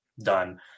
Done